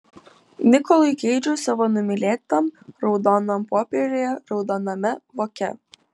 nikolui keidžui savo numylėtam raudonam popieriuje raudoname voke